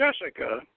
Jessica